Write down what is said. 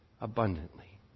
abundantly